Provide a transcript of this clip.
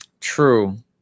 True